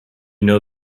know